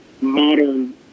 modern